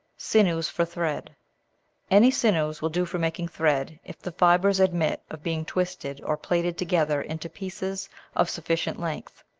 sinews for thread any sinews will do for making thread if the fibres admit of being twisted or plaited together into pieces of sufficient length.